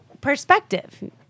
Perspective